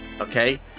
okay